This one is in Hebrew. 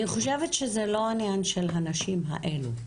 אני חושבת שזה לא העניין של הנשים האלה,